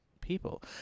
people